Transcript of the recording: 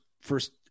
first